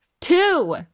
Two